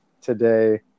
today